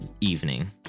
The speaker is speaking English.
evening